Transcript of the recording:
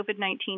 COVID-19